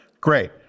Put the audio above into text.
Great